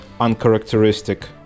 uncharacteristic